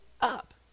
up